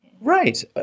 right